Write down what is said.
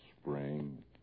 spring